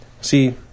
See